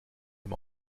dem